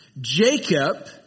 Jacob